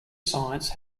science